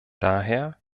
daher